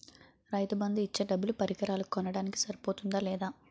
రైతు బందు ఇచ్చే డబ్బులు పరికరాలు కొనడానికి సరిపోతుందా లేదా?